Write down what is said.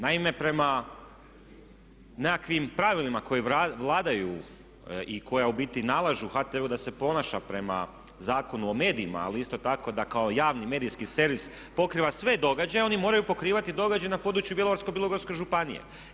Naime, prema nekakvim pravilima koji vladaju i koja u biti nalažu ubiti HTV-u da se ponaša prema Zakonu o medijima ali isto tako da kao javni medijski servis pokriva sve događaje, oni moraju pokrivati događaje na području Bjelovarsko-Bilogorske županije.